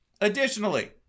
additionally